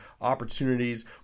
opportunities